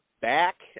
back